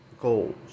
goals